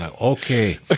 Okay